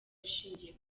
ishingiye